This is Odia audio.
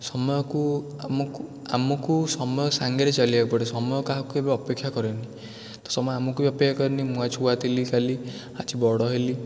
ସମୟକୁ ଆମକୁ ଆମକୁ ସମୟ ସାଙ୍ଗରେ ଚାଲିବାକୁ ପଡ଼େ ସମୟ କାହାକୁ କେବେ ଅପେକ୍ଷା କରେନି ତ ସମୟ ଆମକୁ ବି ଅପେକ୍ଷା କରେନି ମୁଁ ଛୁଆ ଥିଲି କାଲି ଆଜି ବଡ଼ ହେଲି